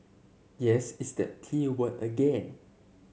yes it's that T word again